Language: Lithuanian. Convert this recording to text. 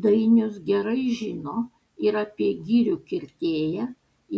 dainius gerai žino ir apie girių kirtėją